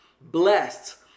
blessed